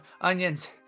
onions